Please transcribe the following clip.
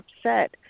upset